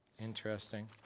interesting